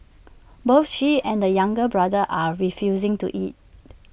both she and the younger brother are refusing to eat